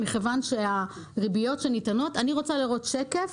מכיוון שהריביות שניתנות אני רוצה לראות שקף